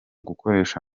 gukoresha